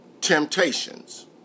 temptations